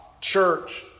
church